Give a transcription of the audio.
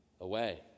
away